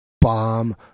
bomb